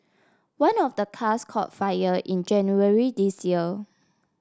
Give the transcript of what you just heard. one of the cars caught fire in January this year